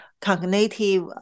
cognitive